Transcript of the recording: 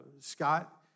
Scott